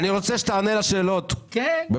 אני רוצה שתענה לשאלות בבקשה.